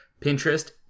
Pinterest